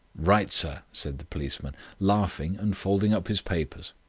right, sir, said the policeman, laughing and folding up his papers.